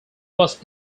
was